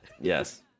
Yes